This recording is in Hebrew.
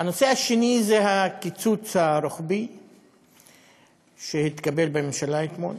הנושא השני הוא הקיצוץ הרוחבי שהתקבל בממשלה אתמול,